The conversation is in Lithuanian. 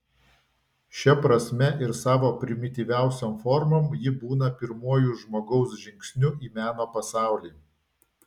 šia prasme ir savo primityviausiom formom ji būna pirmuoju žmogaus žingsniu į meno pasaulį